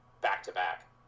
back-to-back